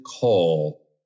call